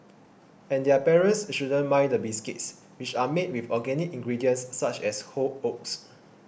and their parents shouldn't mind the biscuits which are made with organic ingredients such as whole oats